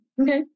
okay